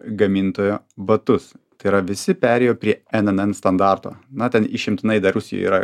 gamintojo batus tai yra visi perėjo prie n n n standarto na ten išimtinai dar rusijoj yra